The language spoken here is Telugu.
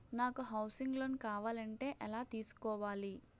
నాకు హౌసింగ్ లోన్ కావాలంటే ఎలా తీసుకోవాలి?